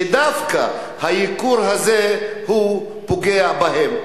שדווקא הייקור הזה פוגע בהם.